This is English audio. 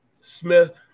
Smith